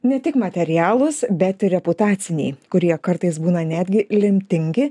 ne tik materialūs bet ir reputaciniai kurie kartais būna netgi lemtingi